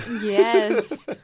Yes